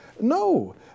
No